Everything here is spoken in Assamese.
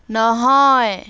নহয়